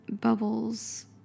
bubbles